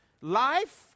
life